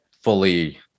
fully